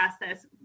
process